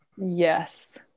Yes